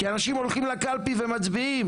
כי אנשים הולכים לקלפי ומצביעים,